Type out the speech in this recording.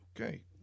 Okay